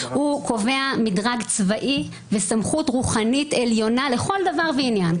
הוא קובע מדרג צבאי וסמכות רוחנית עליונה לכל דבר ועניין.